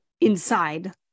inside